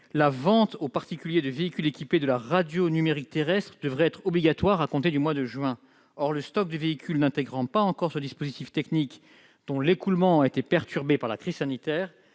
la vente aux particuliers de véhicules équipés de la radio numérique terrestre devrait être obligatoire à compter du mois de juin prochain. Or le stock de véhicules n'intégrant pas ce dispositif technique et dont l'écoulement a été perturbé par la crise sanitaire